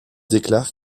déclare